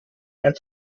ein